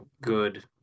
good